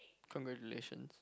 congratulations